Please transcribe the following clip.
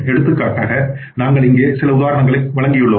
எடுத்துக்காட்டாக நாங்கள் இங்கே சில உதாரணங்களை வழங்கியுள்ளோம்